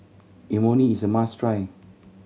Imoni is a must try